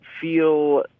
feel